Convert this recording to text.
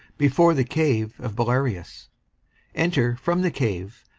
before the cave of belarius enter, from the cave,